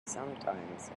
sometimes